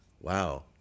Wow